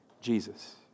Jesus